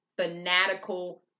fanatical